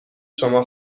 شما